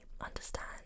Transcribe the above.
understand